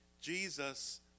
Jesus